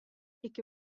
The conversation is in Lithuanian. iki